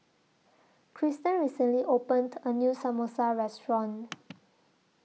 Krysten recently opened A New Samosa Restaurant